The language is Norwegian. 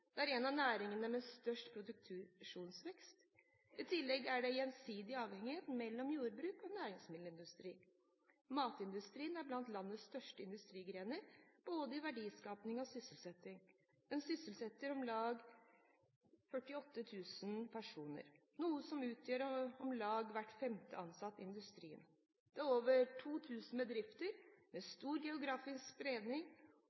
er en av næringene med størst produktivitetsvekst. I tillegg er det en gjensidig avhengighet mellom jordbruket og næringsmiddelindustrien. Matindustrien er blant landets største industrigrener både i verdiskapning og sysselsetting. Den sysselsetter om lag 48 000 personer, noe som utgjør om lag hver femte ansatt i industrien. Den består av over 2 000 bedrifter, med